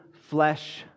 flesh